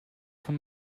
von